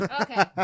Okay